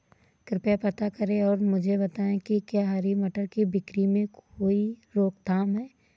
कृपया पता करें और मुझे बताएं कि क्या हरी मटर की बिक्री में कोई रोकथाम है?